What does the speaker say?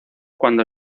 cuando